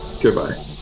Goodbye